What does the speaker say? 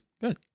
good